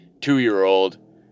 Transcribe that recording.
two-year-old